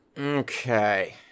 Okay